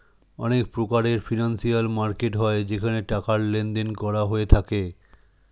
অনেক প্রকারের financial market হয় যেখানে টাকার লেনদেন করা হয়ে থাকে